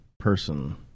person